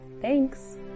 Thanks